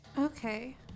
Okay